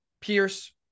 Pierce